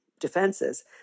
defenses